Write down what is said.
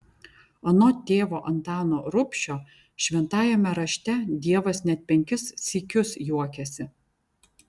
anot tėvo antano rubšio šventajame rašte dievas net penkis sykius juokiasi